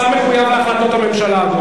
שר התחבורה מחויב להחלטות הממשלה.